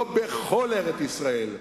לא בכל ארץ-ישראל,